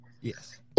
Yes